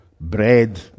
bread